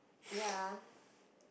ya